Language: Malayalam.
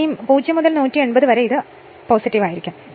അതിനാൽ 0 മുതൽ 180o വരെ ഇത് ആയിരിക്കും